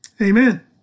Amen